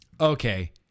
okay